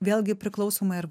vėlgi priklausomai ar